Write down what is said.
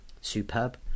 superb